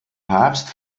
papst